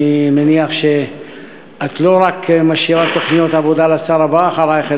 אני מניח שאת לא רק משאירה תוכניות עבודה לשר הבא אחרייך,